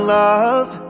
love